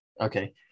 Okay